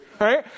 right